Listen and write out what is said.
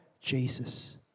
Jesus